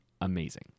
Amazing